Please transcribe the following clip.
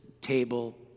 table